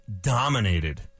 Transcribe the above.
dominated